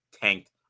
tanked